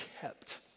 kept